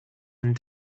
and